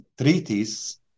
treaties